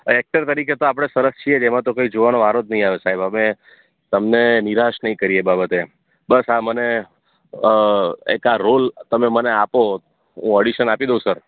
actor તરીકે તો આપણે સરસ છીએ જ એમાં તો કંઈ જોવાનો વારો જ નહીં આવે સાહેબ અમે તમને નિરાશ નહીં કરીએ એ બાબતે એમ બસ આ મને એક આ રોલ તમે મને આપો હું ઑડિશન આપી દઉં સર